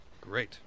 Great